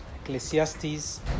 Ecclesiastes